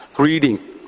Reading